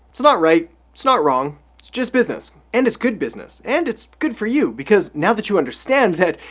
it's not right, it's not wrong, it's just business and it's good business and it's good for you because now that you understand that,